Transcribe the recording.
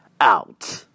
out